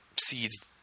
seeds